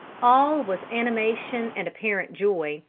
all was animation and apparent joy,